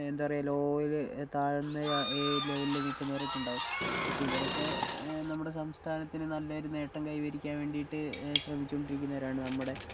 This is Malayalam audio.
എന്താ പറയുക ലോയില് താഴ്ന്ന ലെവലിൽ നിൽക്കുന്നവരൊക്കെ ഉണ്ടാകും പക്ഷേ ഇവരൊക്കെ നമ്മുടെ സംസ്ഥാനത്തിന് നല്ലൊരു നേട്ടം കൈവരിക്കാൻ വേണ്ടിയിട്ട് ശ്രമിച്ചുകൊണ്ടിരിക്കുന്നവരാണ് നമ്മുടെ